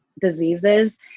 diseases